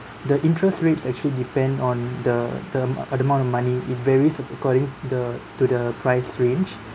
the interest rates actually depend on the term uh the amount of money it varies according the to the price range